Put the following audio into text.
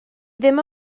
ddim